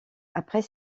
après